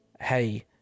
hey